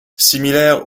similaire